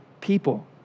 people